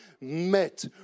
met